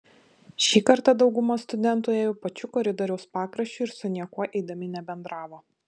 šį kartą dauguma studentų ėjo pačiu koridoriaus pakraščiu ir su niekuo eidami nebendravo